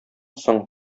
соң